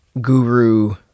guru